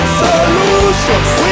solutions